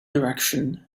direction